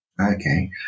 Okay